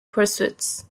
pursuits